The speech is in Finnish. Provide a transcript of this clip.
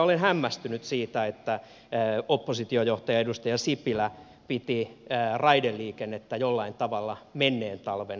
olen hämmästynyt siitä että oppositiojohtaja edustaja sipilä piti raideliikennettä jollain tavalla menneen talven lumena